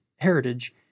Heritage